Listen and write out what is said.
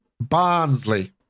Barnsley